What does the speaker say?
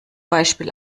beispiel